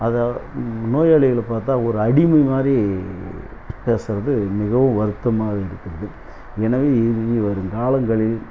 அதை நோயாளிங்களை பார்த்தா ஒரு அடிமை மாதிரி பேசுவது மிகவும் வருத்தமாக இருக்குது எனவே இனி வரும் காலங்களில்